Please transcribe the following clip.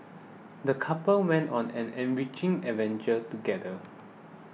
the couple went on an enriching adventure together